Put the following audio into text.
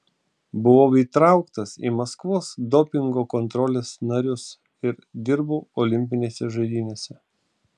buvau įtrauktas į maskvos dopingo kontrolės narius ir dirbau olimpinėse žaidynėse